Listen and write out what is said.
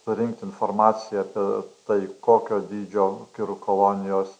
surinkti informaciją apie tai kokio dydžio kirų kolonijos